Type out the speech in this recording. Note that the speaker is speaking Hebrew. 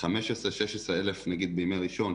15,000-16,000 בימי ראשון,